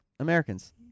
Americans